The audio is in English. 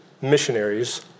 missionaries